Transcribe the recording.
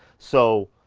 so